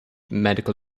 medical